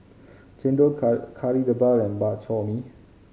chendol Kari Debal and Bak Chor Mee